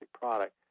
product